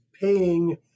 paying